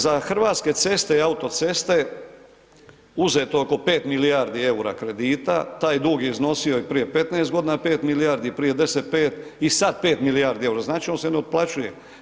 Za hrvatske ceste i autoceste uzeto je oko 5 milijardi EUR-a kredita, taj dug je iznosio i prije 15 godina 5 milijardi, prije 10, 5 i sad 5 milijardi EUR-a, znači on se ne otplaćuje.